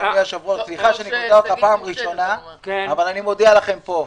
אדוני היושב-ראש וסליחה שאני קוטע אותך אבל אני מודיע לכם פה,